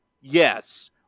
Yes